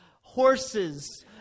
horses